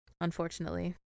Unfortunately